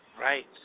right